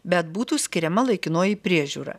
bet būtų skiriama laikinoji priežiūra